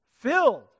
filled